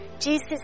Jesus